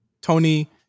Tony